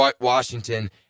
Washington